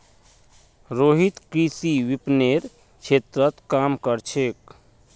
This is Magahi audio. रोहित कृषि विपणनेर क्षेत्रत काम कर छेक